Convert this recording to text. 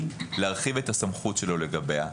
להרחיב את הסמכות שלו לגביה,